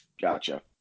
Gotcha